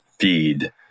feed